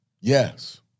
Yes